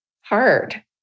hard